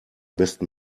besten